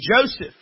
Joseph